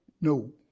no